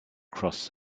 cross